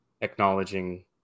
acknowledging